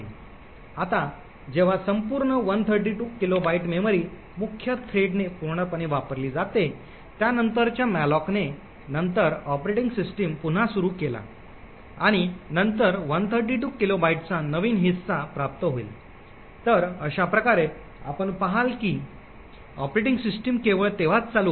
आता जेव्हा संपूर्ण 132 किलोबाइट मेमरी मुख्य थ्रेडने पूर्णपणे वापरली जाते त्यानंतरच्या मॅलोकने नंतर ऑपरेटिंग सिस्टम पुन्हा सुरू केला आणि नंतर 132 किलोबाइटचा नवीन हिस्सा प्राप्त होईल तर अशा प्रकारे आपण पहाल की ऑपरेटिंग सिस्टम केवळ तेव्हाच चालू होईल